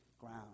ground